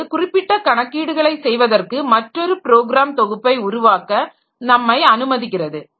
அது குறிப்பிட்ட கணக்கீடுகளை செய்வதற்கு மற்றொரு ப்ரோக்ராம் தொகுப்பை உருவாக்க நம்மை அனுமதிக்கிறது